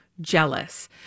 Jealous